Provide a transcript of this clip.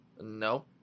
No